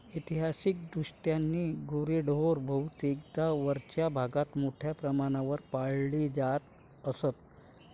ऐतिहासिकदृष्ट्या गुरेढोरे बहुतेकदा वरच्या भागात मोठ्या प्रमाणावर पाळली जात असत